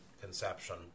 conception